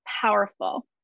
powerful